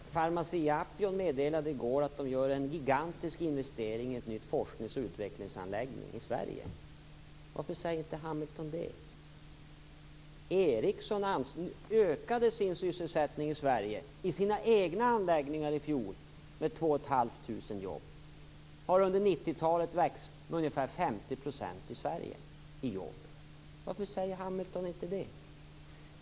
Fru talman! Pharmacia & Upjohn meddelade i går att de gör en gigantisk investering i en ny forskningsoch utvecklingsanläggning i Sverige. Varför säger inte Hamilton det? Ericsson ökade sin sysselsättning i Sverige i sina egna anläggningar i fjol med 2 500 jobb. Under 90-talet har jobben ökat med ungefär 50 % i Sverige. Varför säger inte Hamilton det?